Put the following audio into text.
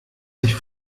sich